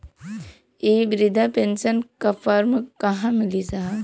इ बृधा पेनसन का फर्म कहाँ मिली साहब?